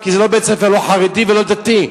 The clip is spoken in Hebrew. כי זה לא בית-ספר חרדי ולא דתי,